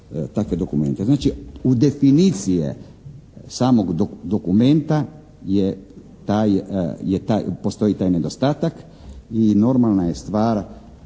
u definiciji samog dokumenta postoji taj nedostatak i normalna je stvar